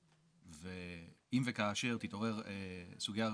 אם וכאשר תתעורר סוגיה רגולטוריות,